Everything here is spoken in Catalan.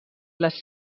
les